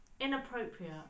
Inappropriate